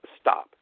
stop